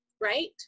Right